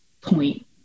Point